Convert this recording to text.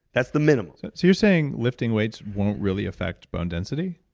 that's the minimum. so you're saying lifting weights won't really affect bone density?